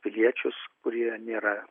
piliečius kurie nėra